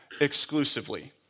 exclusively